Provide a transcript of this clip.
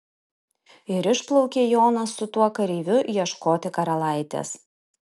ir išplaukė jonas su tuo kareiviu ieškoti karalaitės